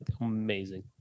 Amazing